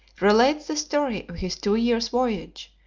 relates the story of his two years' voyage,